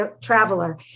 traveler